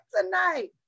tonight